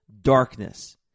darkness